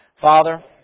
Father